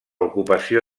ocupació